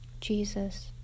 Jesus